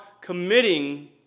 committing